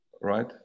Right